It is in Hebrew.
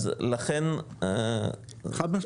אז לכן --- חד-משמעית.